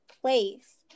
place